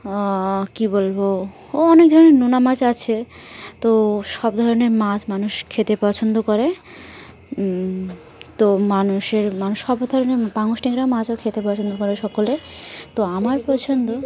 কী বলবো ও অনেক ধরনের নোনা মাছ আছ তো সব ধরনের মাছ মানুষ খেতে পছন্দ করে তো মানুষের মানুষ সব ধরনের পাঙাশ ট্যাংরা মাছও খেতে পছন্দ করে সকলে তো আমার পছন্দ